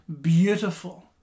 beautiful